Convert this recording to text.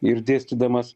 ir dėstydamas